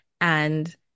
and-